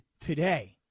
today